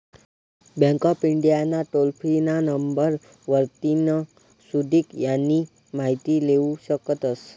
bank of India ना toll free ना number वरतीन सुदीक यानी माहिती लेवू शकतस